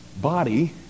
body